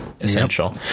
essential